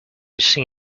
see